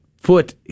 foot